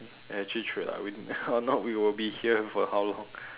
actually true lah we or not we will be here for how long